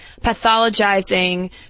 pathologizing